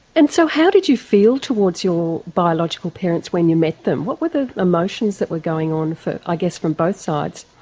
and so how did you feel towards your biological parents when you met them? what were the emotions that were going on i guess from both sides?